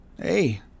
hey